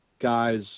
guys